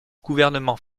gouvernement